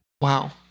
Wow